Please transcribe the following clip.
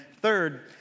third